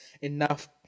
enough